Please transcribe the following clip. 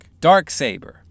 Darksaber